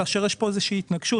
כאשר יש פה איזו שהיא התנגשות,